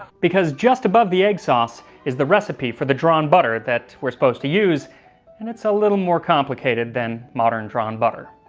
because just above the egg sauce is the recipe for the drawn butter that we're supposed to use and it's a little more complicated than modern drawn butter.